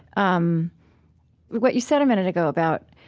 um what you said a minute ago about